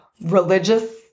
religious